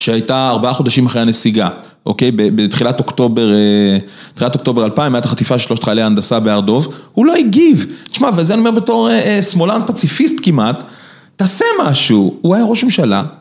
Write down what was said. שהייתה ארבעה חודשים אחרי הנסיגה, אוקיי? בתחילת אוקטובר 2000 הייתה את החטיפה של שלושת חיילי ההנדסה בהרדוב, הוא לא הגיב. תשמע, וזה אני אומר בתור שמאלן פציפיסט כמעט, תעשה משהו. הוא היה ראש הממשלה.